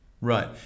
Right